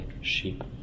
sheep